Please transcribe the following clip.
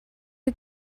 you